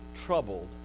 troubled